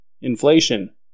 inflation